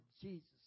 Jesus